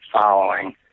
following